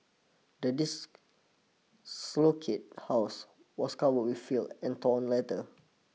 the house was covered with filth and torn letter